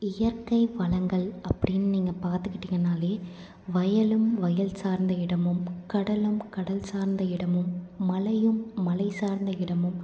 இயற்க்கை வளங்கள் அப்படினு நீங்ள்க பார்த்துக்கிட்டிங்கனாளே வயலும் வயல் சார்ந்த இடமும் கடலும் கடல் சார்ந்த இடமும் மலையும் மலை சார்ந்த இடமும்